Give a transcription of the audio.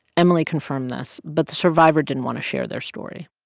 emily confirmed this, but the survivor didn't want to share their story.